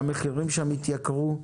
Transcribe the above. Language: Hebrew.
למנוע שהמחירים שם יתייקרו?